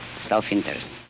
self-interest